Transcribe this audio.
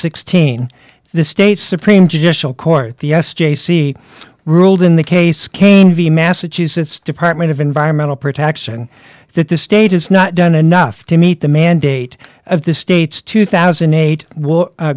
sixteen the state's supreme judicial court the s j c ruled in the case came the massachusetts department of environmental protection that the state has not done enough to meet the mandate of the state's two thousand and eight